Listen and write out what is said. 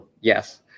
Yes